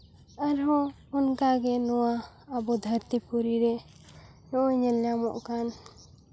ᱟᱨᱦᱚᱸ ᱚᱱᱠᱟ ᱜᱮ ᱱᱚᱣᱟ ᱫᱷᱟᱹᱨᱛᱤ ᱯᱩᱨᱤ ᱨᱮ ᱱᱚᱜᱼᱚᱸᱭ ᱧᱮᱞ ᱧᱟᱢᱚᱜ ᱠᱟᱱ